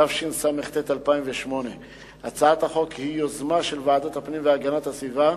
התשס"ט 2008. הצעת החוק היא יוזמה של ועדת הפנים והגנת הסביבה,